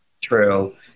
True